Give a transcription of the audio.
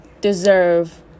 deserve